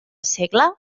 segle